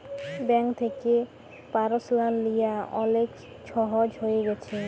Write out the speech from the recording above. bank থ্যাকে পারসলাল লিয়া অলেক ছহজ হঁয়ে গ্যাছে